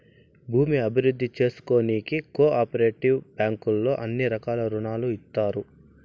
భూమి అభివృద్ధి చేసుకోనీకి కో ఆపరేటివ్ బ్యాంకుల్లో అన్ని రకాల రుణాలు ఇత్తారు